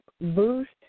boost